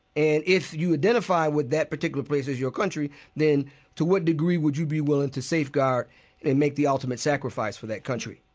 and if you identify with that particular place as your country, then to what degree would you be willing to safeguard and and make the ultimate sacrifice for that country?